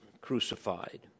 crucified